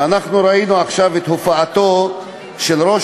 ואנחנו ראינו עכשיו את הופעתו של ראש